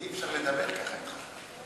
אי-אפשר לדבר ככה אתך.